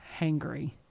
hangry